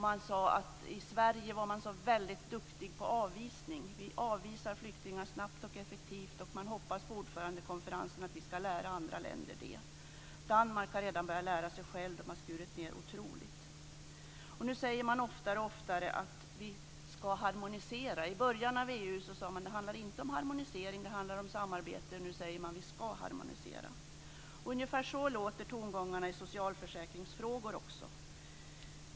Man sade att vi i Sverige är så väldigt duktiga på avvisning, att vi avvisar flyktingar snabbt och effektivt, och man hoppades på att vi under ordförandekonferensen ska lära andra detta. Danmark har redan börjat lära sig själv och har skurit ned otroligt. Nu säger man oftare och oftare att vi ska harmonisera. I början av EU sades det att det inte handlar om harmonisering utan om samarbete, och nu säger man att vi ska harmonisera. Ungefär så låter tongångarna i socialförsäkringsfrågor också.